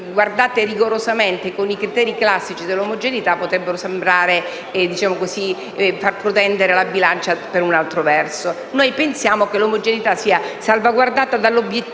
guardate rigorosamente con i criteri classici dell'omogeneità, potrebbero sicuramente far protendere la bilancia in un altro verso. Noi pensiamo, però, che l'omogeneità sia salvaguardata dall'obiettivo